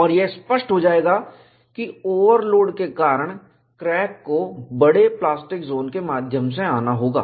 और यह स्पष्ट हो जाएगा कि ओवरलोड के कारण क्रैक को बड़े प्लास्टिक जोन के माध्यम से आना होगा